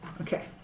Okay